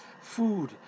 food